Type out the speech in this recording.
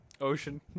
ocean